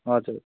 हजुर